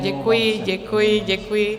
Děkuji, děkuji, děkuji.